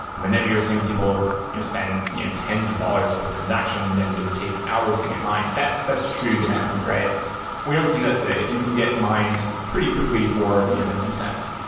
and then we were seeing people you know spend you know tens of dollars per transaction and it would take hours to get mined. that's that's true demand. we don't see that today. you can get mined pretty quickly for you know a few cents.